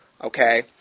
okay